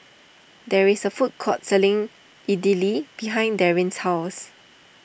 there is a food court selling Idili behind Darrin's house